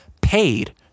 paid